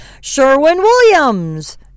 Sherwin-Williams